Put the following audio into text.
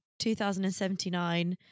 2079